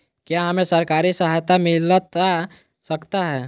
क्या हमे सरकारी सहायता मिलता सकता है?